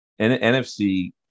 NFC